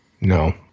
No